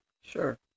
Sure